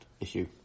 issue